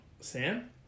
Sam